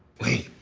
wait,